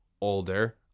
older